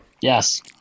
Yes